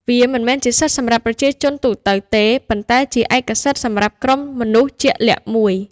វាមិនមែនជាសិទ្ធិសម្រាប់ប្រជាជនទូទៅទេ ប៉ុន្តែជាឯកសិទ្ធិសម្រាប់ក្រុមមនុស្សជាក់លាក់មួយ។